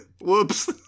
Whoops